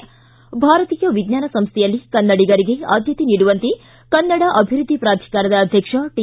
್ರಾ ಭಾರತೀಯ ವಿಜ್ಙಾನ ಸಂಸ್ಥೆಯಲ್ಲಿ ಕನ್ನಡಿಗರಿಗೆ ಆದ್ಯತೆ ನೀಡುವಂತೆ ಕನ್ನಡ ಅಭಿವೃದ್ದಿ ಪ್ರಾಧಿಕಾರದ ಅಧ್ಯಕ್ಷ ಟಿ